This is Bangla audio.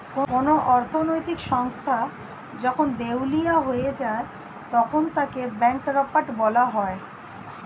কোন অর্থনৈতিক সংস্থা যখন দেউলিয়া হয়ে যায় তখন তাকে ব্যাঙ্করাপ্ট বলা হয়